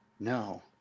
no